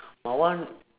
my one